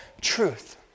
truth